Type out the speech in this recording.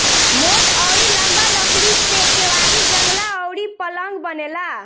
मोट अउरी लंबा लकड़ी से केवाड़ी, जंगला अउरी पलंग बनेला